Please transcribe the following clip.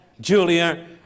Julia